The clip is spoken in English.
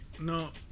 No